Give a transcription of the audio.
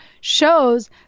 shows